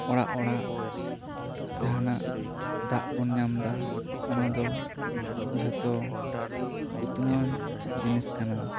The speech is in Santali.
ᱚᱲᱟᱜ ᱚᱲᱟᱜ ᱡᱟᱦᱟᱸ ᱱᱟᱜ ᱫᱟᱜ ᱵᱚᱱ ᱧᱟᱢᱫᱟ ᱚᱱᱟ ᱫᱚ ᱡᱷᱚᱛᱚ ᱩᱛᱱᱟᱹᱣᱟᱱ ᱡᱤᱱᱤᱥ ᱠᱟᱱᱟ